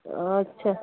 ଆଚ୍ଛା